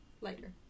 lighter